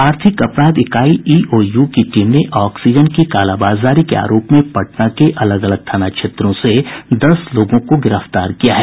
आर्थिक अपराध इकाई ईओयू की टीम ने ऑक्सीजन की कालाबाजारी के आरोप में पटना के अलग अलग थाना क्षेत्रों से दस लोगों को गिरफ्तार किया है